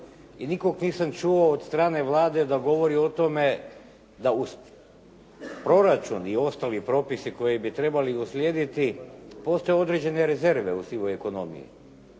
nikog nisam čuo od strane Vlade da govori o tome da u proračun i ostali propisi koji bi trebali uslijediti postoje određene rezerve u sivoj ekonomiji.